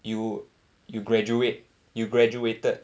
you you graduate you graduated